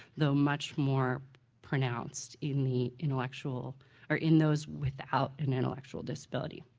though much more pronounced in the intellectual or in those without an intellectual disability.